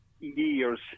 years